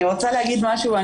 אני רוצה להגיד משהו,